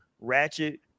ratchet